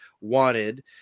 wanted